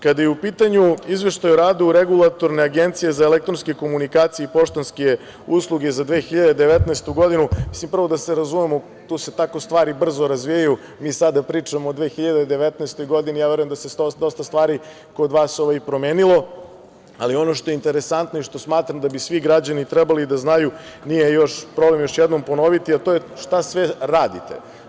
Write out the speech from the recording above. Kada je u pitanju Izveštaj o radu Regulatorne agencije za elektronske komunikacije i poštanske usluge za 2019. godinu, prvo da se razumemo, tu se tako stvari brzo razvijaju, mi sada pričamo o 2019. godini, ja verujem da se dosta stvari kod vas promenilo, ali ono što je interesantno i što smatram da bi svi građani trebali da znaju, nije problem još jednom ponoviti, a to je šta sve radite.